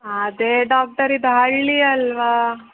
ಅದೇ ಡಾಕ್ಟರ್ ಇದು ಹಳ್ಳಿ ಅಲ್ಲವಾ